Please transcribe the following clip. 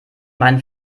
meinen